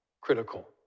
critical